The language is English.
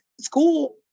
school